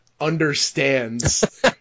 understands